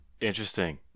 Interesting